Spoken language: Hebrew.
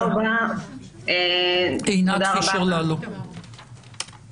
בסדר, אז נדבר אם מותר או אסור, מה הבסיס המשפטי.